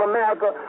America